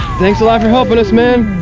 thanks a lot for helping us, man.